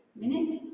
minute